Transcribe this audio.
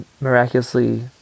miraculously